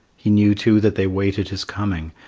he knew too that they waited his coming,